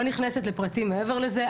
לא נכנסת לפרטים מעבר לזה,